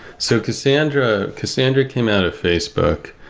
so cassandra cassandra came out of facebook.